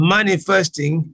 Manifesting